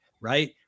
right